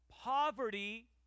Poverty